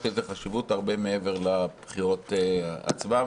יש לזה חשיבות הרבה מעבר לבחירות עצמן,